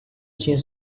tinha